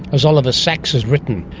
as oliver sacks has written,